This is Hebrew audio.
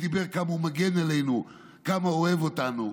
ודיבר כמה הוא מגן עלינו, כמה הוא אוהב אותנו.